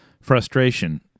frustration